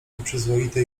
nieprzyzwoite